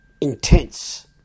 intense